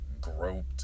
groped